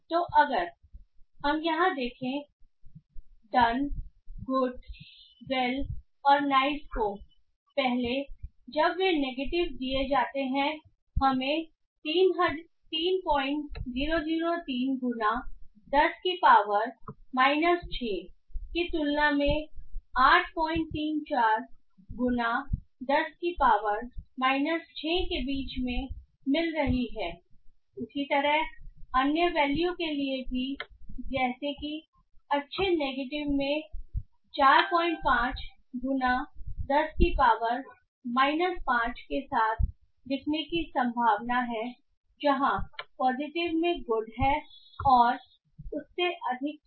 तो अगर हम यहाँ देखें डन गुड वेल और नाइस को पहले जब वे नेगेटिव को दिए जाते हैं हमें 3003 गुना 10 की पावर माइनस 6 की तुलना में 834 गुना 10 की पावर माइनस 6 के बीच में मिल रही है इसी तरह अन्य वैल्यू के लिए भी जैसे कि अच्छे नेगेटिव में में 45 गुना 10 की पावर माइनस 5 के साथ दिखने की संभावना है जहां पॉजिटिव में गुड है और उससे अधिक है